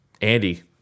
Andy